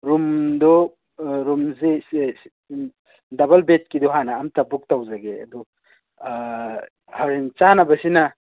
ꯔꯨꯝꯗꯨ ꯔꯨꯝꯁꯤ ꯗꯕꯜ ꯕꯦꯗꯀꯤꯗꯨ ꯍꯥꯟꯅ ꯑꯃꯇ ꯕꯨꯛ ꯇꯧꯖꯒꯦ ꯑꯗꯨ ꯍꯌꯦꯡ ꯆꯥꯅꯕꯁꯤꯅ